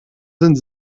sind